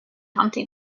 humpty